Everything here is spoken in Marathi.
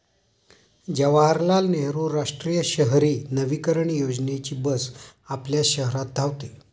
जवाहरलाल नेहरू राष्ट्रीय शहरी नवीकरण योजनेची बस आपल्या शहरात धावते